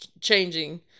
changing